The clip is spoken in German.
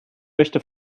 möchte